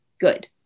good